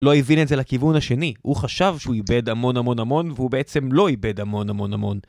לא הבין את זה לכיוון השני, הוא חשב שהוא איבד המון המון המון והוא בעצם לא איבד המון המון המון